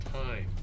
time